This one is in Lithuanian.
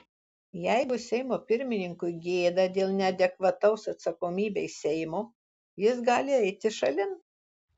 jeigu seimo pirmininkui gėda dėl neadekvataus atsakomybei seimo jis gali eiti šalin